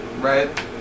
right